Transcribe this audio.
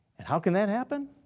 and how can that happen?